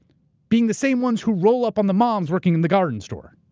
being the same ones who roll up on the moms working in the garden store.